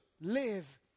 live